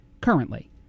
currently